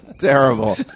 terrible